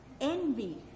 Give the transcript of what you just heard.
envy